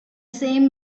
same